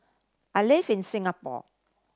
I live in Singapore